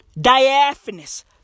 Diaphanous